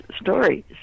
stories